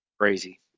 Crazy